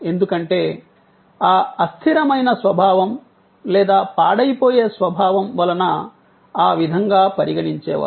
ఎందుకంటే ఆ అస్థిరమైన స్వభావం లేదా పాడైపోయే స్వభావం వలన ఆ విధంగా పరిగణించేవారు